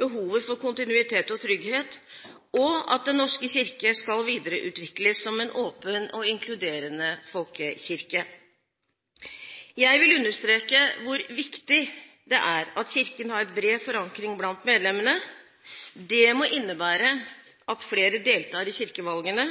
behovet for kontinuitet og trygghet og at Den norske kirke skal videreutvikles som en åpen og inkluderende folkekirke. Jeg vil understreke hvor viktig det er at Kirken har bred forankring blant medlemmene. Det må innebære at flere deltar i kirkevalgene,